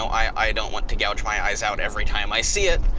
i don't want to gouge my eyes out every time i see it.